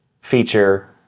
feature